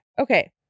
Okay